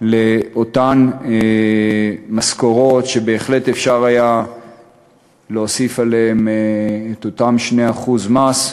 לאותן משכורות שבהחלט אפשר היה להוסיף עליהן את אותם 2% מס,